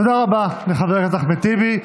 תודה רבה לחבר הכנסת אחמד טיבי.